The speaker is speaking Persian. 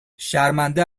شرمنده